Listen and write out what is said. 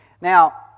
Now